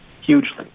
hugely